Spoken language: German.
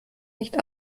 nicht